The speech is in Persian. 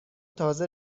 تازه